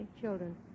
children